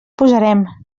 posarem